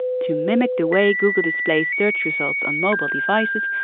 to mimic the way google displays search results on mobile devices,